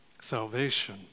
salvation